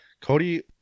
Cody